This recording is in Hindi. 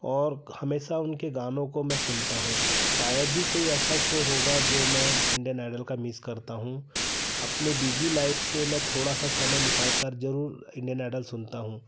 और हमेशा उनके गानों को मैं सुनता हूँ शायद ही कोई ऐसा शो होगा जो मैं इंडियन आइडल का मिस करता हूँ अपने बिजी लाइफ से मैं थोड़ा सा समय निकाल कर जरूर इंडियन आइडल सुनता हूँ